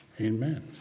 Amen